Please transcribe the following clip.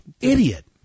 idiot